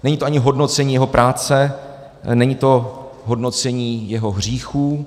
Není to ani hodnocení jeho práce, není to hodnocení jeho hříchů.